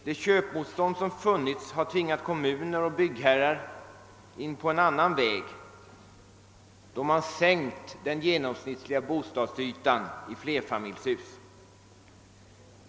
Det köpmotstånd som funnits har tvingat kommuner och byggherrar att slå in på en annan väg, nämligen att sänka den genomsnittliga bostadsytan i flerfamiljshus.